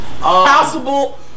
Possible